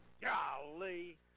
golly